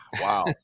Wow